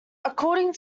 according